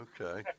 Okay